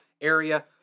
area